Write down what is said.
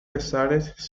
pesares